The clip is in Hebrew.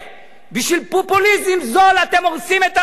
בשביל פופוליזם זול אתם הורסים את המדינה.